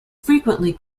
frequently